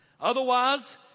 Otherwise